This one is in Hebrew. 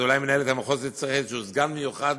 אז אולי מינהלת המחוז תצטרך איזה סגן מיוחד